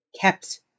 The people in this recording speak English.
kept